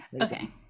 okay